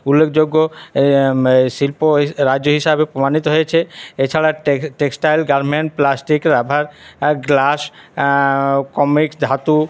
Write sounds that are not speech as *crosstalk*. উল্লেখযোগ্য শিল্প রাজ্য হিসেবে প্রমাণিত হয়েছে এছাড়া tex textile garment plastic rubber glass *unintelligible* ধাতু